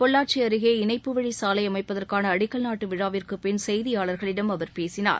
பொள்ளாச்சி அருகே இணைப்புவழி சாலை அமைப்பதற்கான அடிக்கல் நாட்டு விழாவிற்குப் பின் செய்தியாளர்களிடம் அவர் பேசினார்